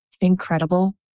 incredible